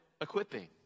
equipping